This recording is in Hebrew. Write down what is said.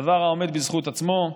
דבר העומד בזכות עצמו.